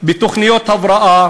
בתוכניות הבראה,